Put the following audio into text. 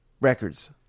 records